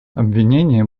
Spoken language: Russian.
обвинение